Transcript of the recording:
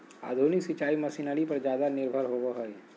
आधुनिक सिंचाई मशीनरी पर ज्यादा निर्भर होबो हइ